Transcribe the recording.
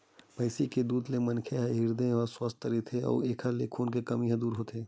भइसी के दूद ले मनखे के हिरदे ह सुवस्थ रहिथे अउ एखर ले खून के कमी ह दूर होथे